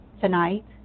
tonight